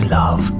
love